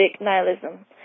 nihilism